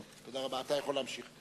מה הם חוקי-היסוד במדינת ישראל.